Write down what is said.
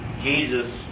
Jesus